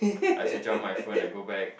I switched off my phone and go back